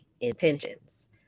Intentions